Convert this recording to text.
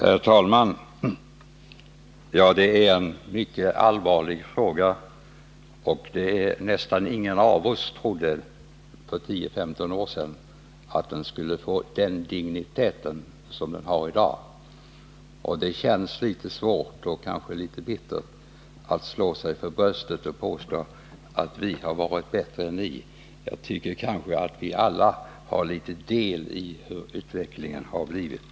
Herr talman! Detta är en mycket allvarlig fråga, och nästan ingen av oss trodde för 10-15 år sedan att den skulle få den dignitet som den har i dag. Det känns litet svårt och kanske litet bittert att slå sig för bröstet och påstå att vi har varit bättre än ni. Jag tycker att vi alla har del i den utveckling som vi haft.